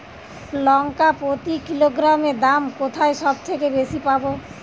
লঙ্কা প্রতি কিলোগ্রামে দাম কোথায় সব থেকে বেশি পাব?